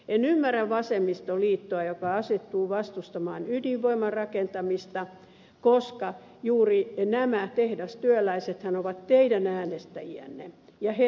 en ymmärrä vasemmistoliittoa joka asettuu vastustamaan ydinvoiman rakentamista koska juuri nämä tehdastyöläisethän ovat teidän äänestäjiänne ja he tarvitsevat työpaikkoja